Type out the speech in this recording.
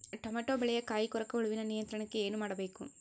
Tomato ಬೆಳೆಯ ಕಾಯಿ ಕೊರಕ ಹುಳುವಿನ ನಿಯಂತ್ರಣಕ್ಕೆ ಏನು ಮಾಡಬೇಕು?